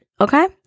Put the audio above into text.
okay